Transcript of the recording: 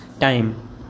time